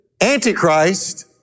Antichrist